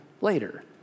later